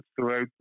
throughout